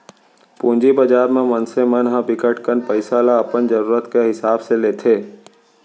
पूंजी बजार म मनसे मन ह बिकट कन पइसा ल अपन जरूरत के हिसाब ले लेथे